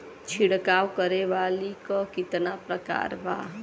छिड़काव करे वाली क कितना प्रकार बा?